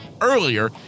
earlier